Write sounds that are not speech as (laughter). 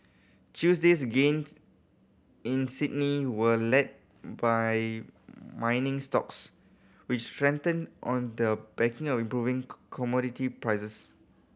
Tuesday's gains in Sydney were led by mining stocks which strengthened on the back of improving (unintelligible) commodity prices